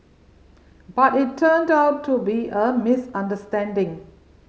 but it turned out to be a misunderstanding